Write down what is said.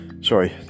sorry